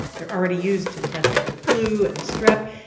they're already used to test for the flu and strep.